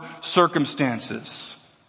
circumstances